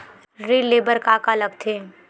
ऋण ले बर का का लगथे?